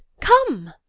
come.